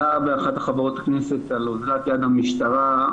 עלה מאחת חברות הכנסת על אוזלת היד של המשטרה.